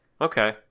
Okay